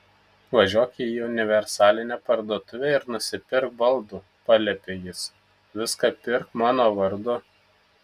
važiuok į universalinę parduotuvę ir nusipirk baldų paliepė jis viską pirk mano vardu